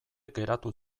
geratu